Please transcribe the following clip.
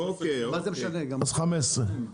אז 15 ₪.